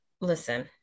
Listen